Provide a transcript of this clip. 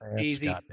easy